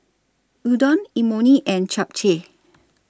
Udon Imoni and Japchae